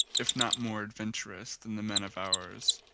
if not more adventurous than the men of ours,